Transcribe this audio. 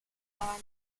anne